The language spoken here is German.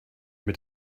mit